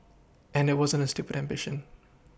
and it wasn't a stupid ambition